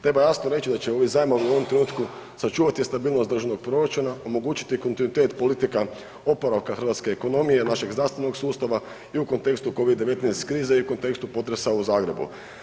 Treba jasno reći da će ovi zajmovi u ovom trenutku sačuvati stabilnost državnog proračuna, omogućiti kontinuitet politika oporavka hrvatske ekonomije, našeg zdravstvenog sustava i u kontekstu Covid-19 krize i u kontekstu potresa u Zagrebu.